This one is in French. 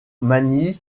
manie